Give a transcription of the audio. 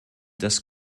des